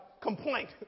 complaint